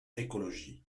écologie